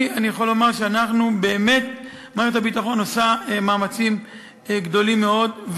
אני יכול לומר שבאמת מערכת הביטחון עושה מאמצים גדולים מאוד,